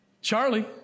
Charlie